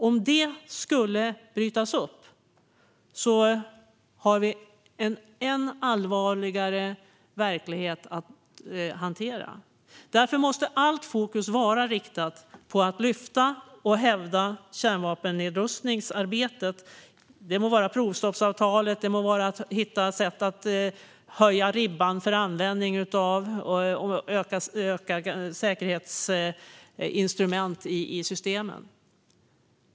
Om det skulle brytas upp har vi en än allvarligare verklighet att hantera. Därför måste allt fokus vara riktat på att lyfta och hävda kärnvapennedrustningsarbetet. Det må vara provstoppsavtalet, det må vara att hitta sätt att höja ribban och öka säkerhetsinstrument i systemen.